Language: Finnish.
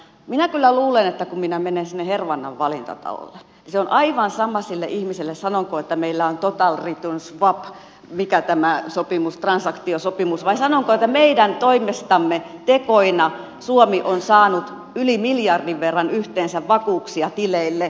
minä kyllä luulen että kun minä menen sinne hervannan valintatalolle niin se on aivan sama sille ihmiselle sanonko että meillä on total return swap tämä transaktiosopimus vai sanonko että meidän toimestamme tekoina suomi on saanut yhteensä yli miljardin verran vakuuksia tileille